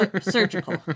surgical